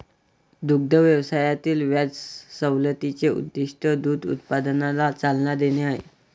दुग्ध व्यवसायातील व्याज सवलतीचे उद्दीष्ट दूध उत्पादनाला चालना देणे आहे